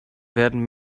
werden